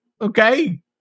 Okay